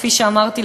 כפי שאמרתי,